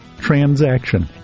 transaction